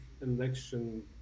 election